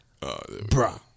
bruh